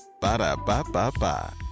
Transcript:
Ba-da-ba-ba-ba